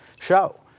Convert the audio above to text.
show